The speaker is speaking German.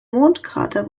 mondkrater